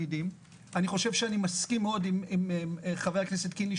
אני מסכים מאוד עם חבר הכנסת קינלי,